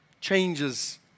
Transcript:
changes